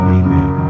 amen